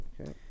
Okay